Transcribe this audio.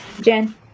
Jen